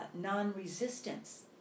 non-resistance